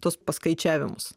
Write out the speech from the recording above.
tuos paskaičiavimus